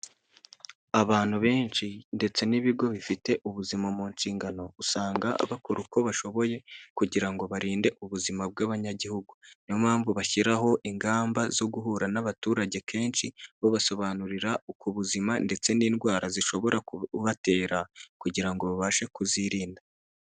Abantu benshi ndetse n'ibigo bifite ubuzima mu nshingano, usanga bakora uko bashoboye kugira ngo barinde ubuzima bw'abanyagihugu, niyo mpamvu bashyiraho ingamba zo guhura n'abaturage kenshi, bubasobanurira ku buzima ndetse n'indwara zishobora kubatera kugira ngo babashe kuzirinda.